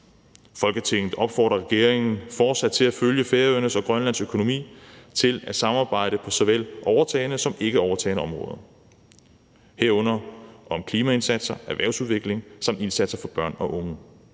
Folketinget opfordrer regeringen til fortsat at følge Færøernes og Grønlands økonomi og til at samarbejde på såvel overtagne som ikke overtagne områder, herunder om klimaindsatser, erhvervsudvikling samt indsatser for børn og unge.